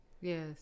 Yes